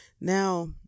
now